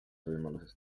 võimalusest